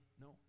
No